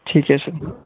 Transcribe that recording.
ठीक आहे सर